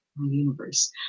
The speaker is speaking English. universe